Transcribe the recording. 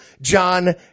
John